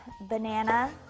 banana